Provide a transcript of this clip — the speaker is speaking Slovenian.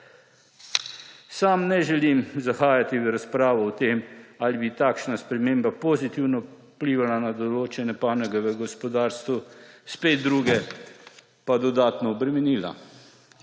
Sam ne želim zahajati v razpravo o tem, ali bi takšna sprememba pozitivno vplivala na določene panoge v gospodarstvu, spet druge pa dodatno obremenila.